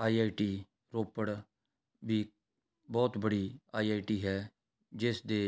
I I T Ropar ਵੀ ਬਹੁਤ ਬੜੀ ਆਈ ਆਈ ਟੀ ਹੈ ਜਿਸ ਦੇ